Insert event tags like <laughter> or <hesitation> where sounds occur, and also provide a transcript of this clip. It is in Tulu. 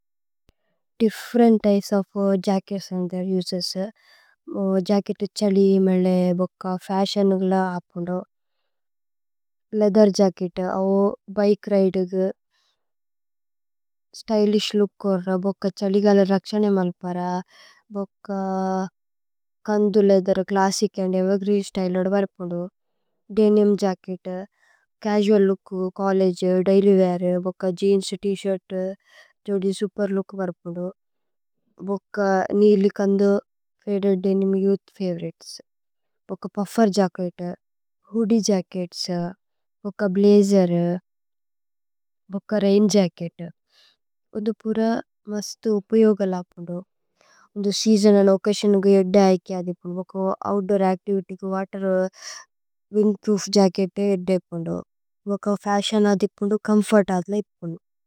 Different types of jackets and their uses. Jacket ഛലി മേലേ ബുക്ക ഫശിഓന് ഗല ആപുന്ദു। <hesitation> Leather jacket bike ride ഗുദു। <hesitation> Stylish look കോര് ബുക്ക ഛലി ഗല। രക്ശനേ മല്പര ഭുക്ക കന്ദു leather classic. And evergreen style അദവരപുന്ദു ദേനിമ് ജച്കേത്। ചസുഅല് ലൂക് ചോല്ലേഗേ ദൈല്യ് വേഅര് ബുക്ക ജേഅന്സ്। ത് ശിര്ത് ജോദി സുപേര് ലൂക് വരപുന്ദു ബുക്ക നീലി। കന്ദു <hesitation> ഫദേദ് ദേനിമ് യോഉഥ് ഫവോഉരിതേസ്। ഭുക്ക പുഫ്ഫേര് ജച്കേത് ഹൂദിഏ ജച്കേത്സ് ബുക്ക ബ്ലജേര്। ബുക്ക രൈന് ജച്കേത് ഓധു പുര മസ്തു ഉപയോഗല। അപുന്ദു ഓധു സേഅസോന് അന്ദ് ഓച്ചസിഓന് ഗയ ഏദ്ദ। ആയകേ ആദിപുന്ദു ഭുക്ക outdoor activity water. Windproof jacket ഏദ്ദ ആപുന്ദു ഭുക്ക ഫശിഓന്। ആദിപുന്ദു ചോമ്ഫോര്ത് ആദല ഇപുന്ദു।